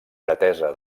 pretesa